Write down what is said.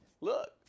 Look